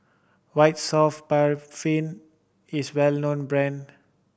White Soft Paraffin is well known brand